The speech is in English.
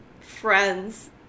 friends